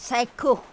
চাক্ষুষ